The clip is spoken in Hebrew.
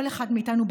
כל אחד מאיתנו,